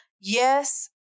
yes